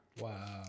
Wow